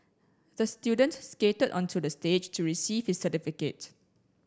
the student skated onto the stage to receive his certificate